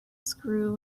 screw